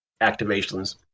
activations